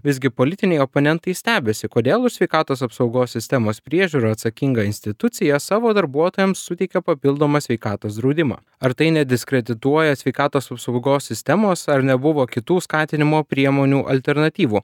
visgi politiniai oponentai stebisi kodėl už sveikatos apsaugos sistemos priežiūrą atsakinga institucija savo darbuotojams suteikia papildomą sveikatos draudimą ar tai nediskredituoja sveikatos apsaugos sistemos ar nebuvo kitų skatinimo priemonių alternatyvų